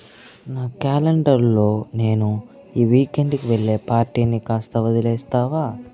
నా క్యాలెండర్లో నేను ఈ వీకెండ్కి వెళ్ళే పార్టీని కాస్త వదిలేస్తావా